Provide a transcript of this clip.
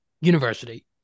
University